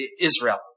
Israel